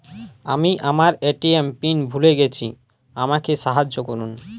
আমি আমার ATM PIN ভুলে গেছি আমাকে সাহায্য করুন